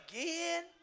again